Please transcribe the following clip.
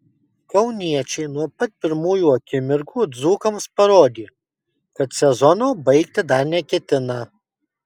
kauniečiai nuo pat pirmųjų akimirkų dzūkams parodė kad sezono baigti dar neketina